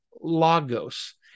logos